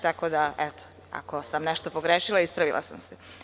Tako da ako sam nešto pogrešila, ispravila sam se.